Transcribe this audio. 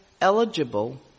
eligible